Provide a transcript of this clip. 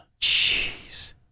Jeez